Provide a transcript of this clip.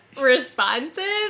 responses